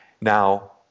Now